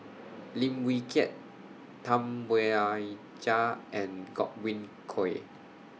Lim Wee Kiak Tam Wai Jia and Godwin Koay